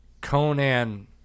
Conan